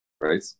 right